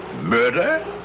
Murder